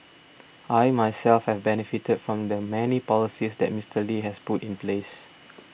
I myself have benefited from the many policies that Mister Lee has put in place